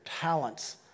talents